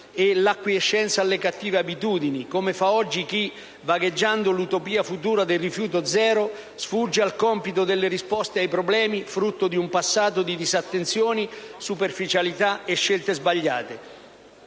e l'acquiescenza alle cattive abitudini, come fa oggi chi, vagheggiando 1'utopia futura del rifiuto zero, sfugge al compito delle risposte ai problemi frutto di un passato di disattenzioni, superficialità e scelte sbagliate.